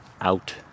out